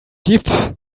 gibt